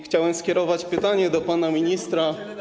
Chciałem skierować pytanie do pana ministra.